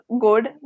good